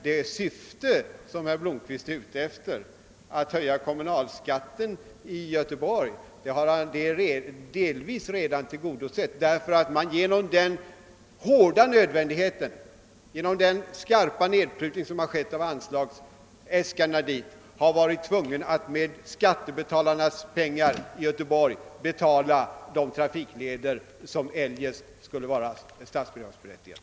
Det syfte som herr Blomkvist är ute efter, nämligen att höja kommunalskatten i Göteborg, har delvis redan uppnåtts. Genom den hårda nödvändigheten och genom den skarpa nedprutning som skett av anslagsäskandena har man varit tvungen att med skattebetalarnas pengar i Göteborg betala många trafik